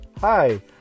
Hi